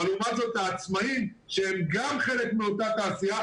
אבל לעומת זאת לעצמאים שגם הם חלק מאות התעשייה,